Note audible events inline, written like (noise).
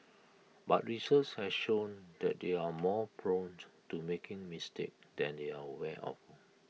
but research has shown that they are more prone (unintelligible) to making mistakes than they are aware of